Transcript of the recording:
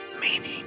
Meaning